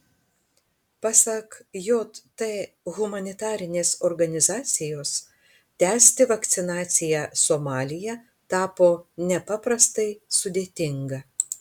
pasak jt humanitarinės organizacijos tęsti vakcinaciją somalyje tapo nepaprastai sudėtinga